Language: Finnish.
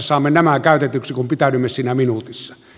saamme nämä käytetyiksi kun pitäydymme siinä minuutissa